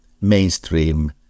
mainstream